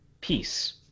Peace